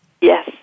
Yes